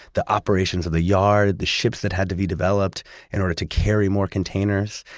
the operations of the yard, the ships that had to be developed in order to carry more containers.